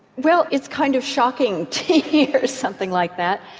well it's kind of shocking to hear something like that,